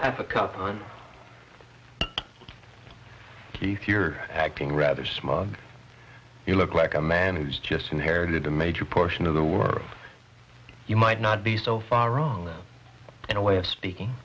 half a cup if you're acting rather smug you look like a man who's just inherited a major portion of the world you might not be so far wrong in a way of speaking